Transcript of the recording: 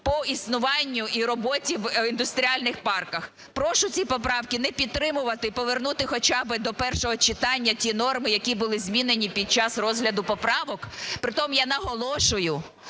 по існуванню і роботі в індустріальних парках. Прошу ці поправки не підтримувати і повернути хоча би до першого читання ті норми, які були змінені під час розгляду поправок. При тому я наголошую,